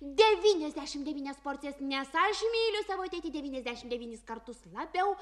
devyniasdešimt devynias porcijas nes aš myliu savo tėtį devyniasdešimt devynis kartus labiau